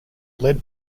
led